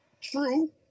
True